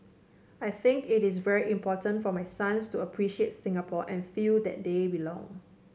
I think it is very important for my sons to appreciate Singapore and feel that they belong